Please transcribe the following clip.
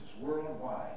worldwide